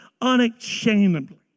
unashamedly